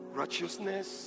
righteousness